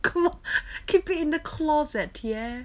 clo~ keep it in the closet ya